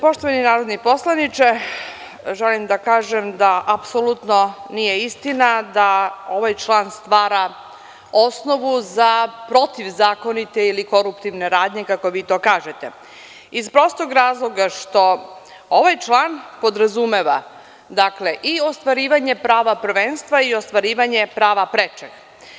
Poštovani narodni poslaniče, želim da kažem da apsolutno nije istina da ovaj član stvara osnovu za protivzakonite ili koruptivne radnje, kako vi to kažete, iz prostog razloga što ovaj član podrazumeva i ostvarivanje prava prvenstva i ostvarivanje prava prečeg.